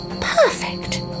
perfect